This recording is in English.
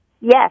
Yes